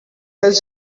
does